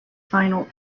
final